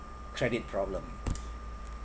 credit problem